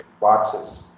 boxes